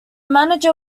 manager